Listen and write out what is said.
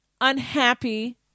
unhappy